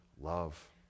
love